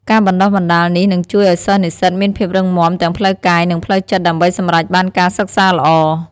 ការបណ្ដុះបណ្ដាលនេះនឹងជួយឱ្យនិស្សិតមានភាពរឹងមាំទាំងផ្លូវកាយនិងផ្លូវចិត្តដើម្បីសម្រេចបានការសិក្សាល្អ។